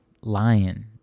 lion